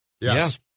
Yes